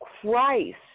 Christ